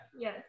yes